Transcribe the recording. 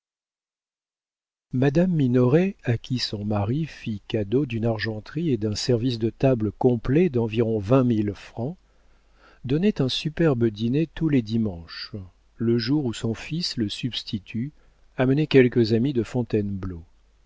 madame minoret à qui son mari fit cadeau d'une argenterie et d'un service de table complet d'environ vingt mille francs donnait un superbe dîner tous les dimanches le jour où son fils le substitut amenait quelques amis de fontainebleau